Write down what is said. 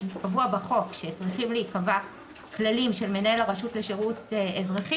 שקבוע בחוק שצריכים להיקבע כללים של מנהל הרשות לשירות אזרחי,